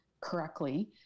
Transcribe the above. correctly